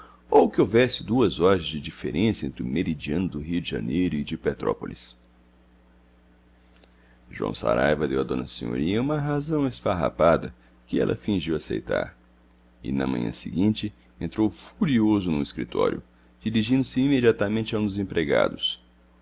ou que houvesse duas horas de diferença entre o meridiano do rio de janeiro e o de petrópolis joão saraiva deu a d senhorinha uma razão esfarrapada que ela fingiu aceitar e na manhã seguinte entrou furioso no escritório dirigindo-se imediatamente a um dos empregados